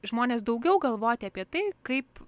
žmones daugiau galvoti apie tai kaip